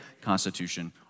Constitution